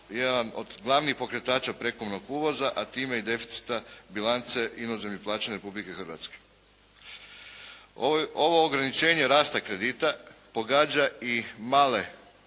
jedan od glavnih pokretača prekomjernog uvoza, a time i deficita bilance inozemnih plaćanja Republike Hrvatske. Ovo ograničenje rasta kredita pogađa i male,